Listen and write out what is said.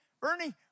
Bernie